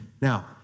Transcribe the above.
Now